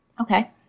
Okay